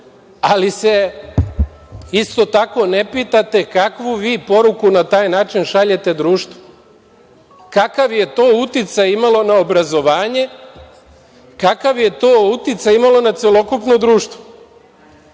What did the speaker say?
ali se isto tako ne pitate kakvu vi poruku na taj način šaljete društvu, kakav je to uticaj imalo na obrazovanje, kakav je to uticaj imalo na celokupno društvo.